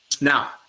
now